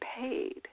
paid